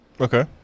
Okay